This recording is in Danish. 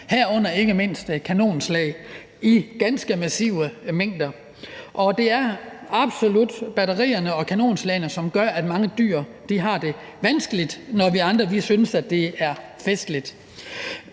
herunder ikke mindst kanonslag i ganske massive mængder. Det er absolut batterierne og kanonslagene, som gør, at mange dyr har det vanskeligt, når vi andre synes, at det er festligt.